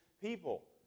people